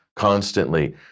constantly